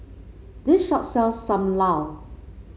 this shop sells Sam Lau